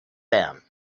them